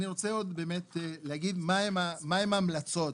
אני רוצה באמת להגיד מהן ההמלצות,